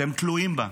שהם תלויים בה,